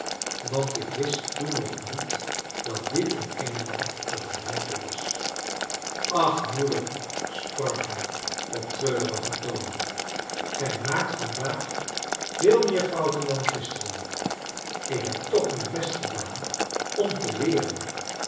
want ik wist toen nog niet dat dit in engeland de gewoonte was ach moeder sprak hij op treurigen toon gij maakt vandaag veel meer fouten dan gisteren ik heb toch mijn best gedaan om te leeren